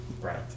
Right